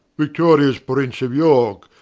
victorious prince of yorke.